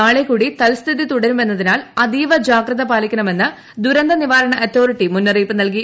നാളെ കൂടി തൽസ്ഥിതി തുടരുമെന്നതിനാൽ അതീവജാഗ്രത പാലിക്കണമെന്ന് ദുരന്തനിവാരണ അതോറിട്ടി മുന്നറിയിപ്പ് നൽകി